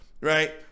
Right